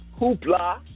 hoopla